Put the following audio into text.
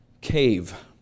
cave